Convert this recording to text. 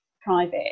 private